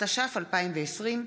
התש"ף 2020,